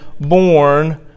born